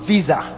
Visa